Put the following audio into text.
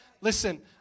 Listen